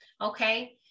okay